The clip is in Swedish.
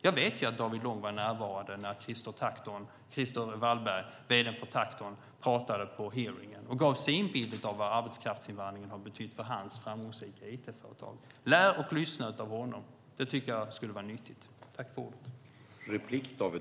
Jag vet att David Lång var närvarande när Christer Wallberg, vd för Tacton, pratade på hearingen och gav sin bild av vad arbetskraftsinvandringen har betytt för hans framgångsrika it-företag. Lyssna och lär av honom! Det tror jag skulle vara nyttigt.